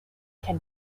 can